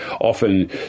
often